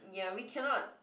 ya we cannot